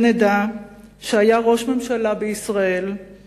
ונדע שהיה בישראל ראש ממשלה פטריוט,